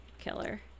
killer